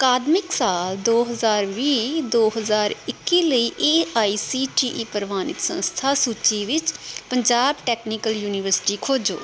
ਅਕਾਦਮਿਕ ਸਾਲ ਦੋ ਹਜ਼ਾਰ ਵੀਹ ਦੋ ਹਜ਼ਾਰ ਇੱਕੀ ਲਈ A I C T E ਪ੍ਰਵਾਨਿਤ ਸੰਸਥਾ ਸੂਚੀ ਵਿੱਚ ਪੰਜਾਬ ਟੈਕਨੀਕਲ ਯੂਨੀਵਰਸਿਟੀ ਖੋਜੋ